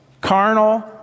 carnal